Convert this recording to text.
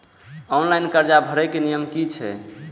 Online कर्जा भरे के नियम की छे?